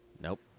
Nope